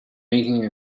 making